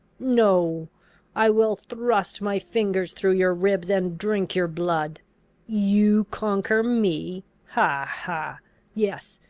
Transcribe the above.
no i will thrust my fingers through your ribs, and drink your blood you conquer me ha, ha yes,